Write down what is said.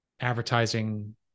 advertising